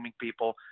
people